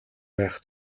байх